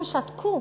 הם שתקו.